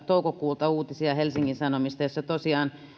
toukokuulta uutisia helsingin sanomista joissa tosiaan